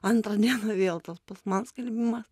antrą dieną vėl tas pats man skelbimas